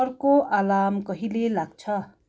अर्को अलार्म कहिले लाग्छ